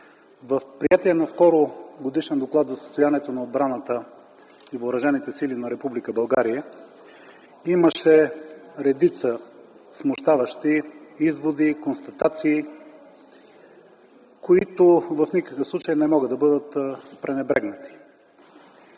В приетия наскоро Годишен доклад за състоянието на отбраната и Въоръжените сили на Република България, имаше редица смущаващи изводи и констатации, които в никакъв случай не могат да бъдат пренебрегнати.